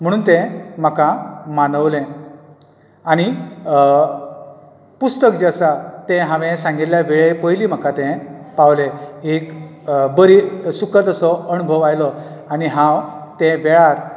म्हणून तें म्हाका मानवलें आनी पुस्तक जें आसा हांवें सांगिल्या वेळे पयली म्हाका तें पांवलें एक बरी सुखद असो अणभव आयलो आनी हांव त्या वेळार